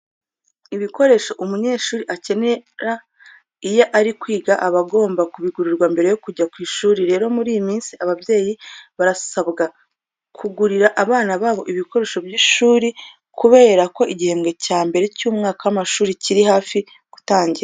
Ibikoresho umunyeshuri akenera iyo ari kwiga aba agomba kubigurirwa mbere yo kujya ku ishuri. Rero muri iyi minsi ababyeyi barasabwa kugurira abana babo ibikoresho by'ishuri kubera ko igihembwe cya mbere cy'umwaka w'amashuri kiri hafi gutangira.